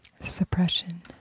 Suppression